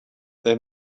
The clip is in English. they